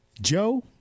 Joe